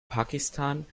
pakistan